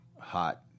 hot